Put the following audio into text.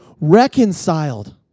reconciled